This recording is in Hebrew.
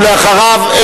ואחריו,